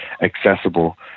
accessible